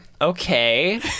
Okay